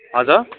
हजुर